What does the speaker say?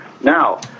Now